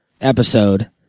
episode